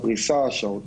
הפריסה, השעות.